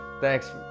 Thanks